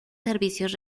servicios